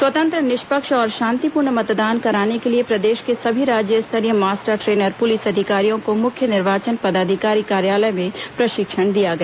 स्वतंत्र निष्पक्ष और शांतिपूर्ण मतदान कराने के लिए प्रदेश के सभी राज्य स्तरीय मास्टर ट्रेनर पुलिस अधिकारियों को मुख्य निर्वाचन पदाधिकारी कार्यालय में प्रशिक्षण दिया गया